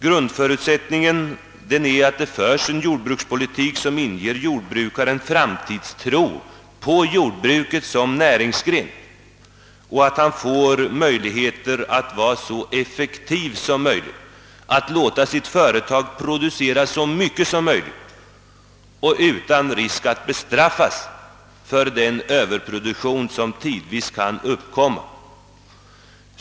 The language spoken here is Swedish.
Grundförutsättningen är att det förs en jordbrukspolitik som inger jordbrukaren framtidstro på jordbruket som näringsgren och ger honom möj lighet att vara så effektiv som möjligt och låta sitt företag producera så mycket som möjligt utan risk att bestraffas för den överproduktion som tidvis kan uppkomna.